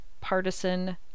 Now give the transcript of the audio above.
partisan